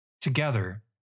together